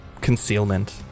concealment